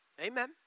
Amen